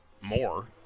more